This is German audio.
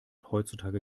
heutzutage